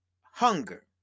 hunger